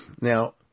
Now